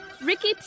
Ricky